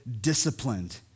disciplined